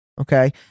Okay